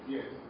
Yes